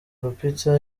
lupita